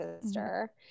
sister